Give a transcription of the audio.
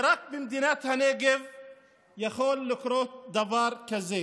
רק במדינת הנגב יכול לקרות דבר כזה,